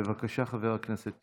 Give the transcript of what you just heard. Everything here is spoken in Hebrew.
בבקשה, חבר הכנסת טיבי.